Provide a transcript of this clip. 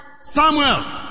Samuel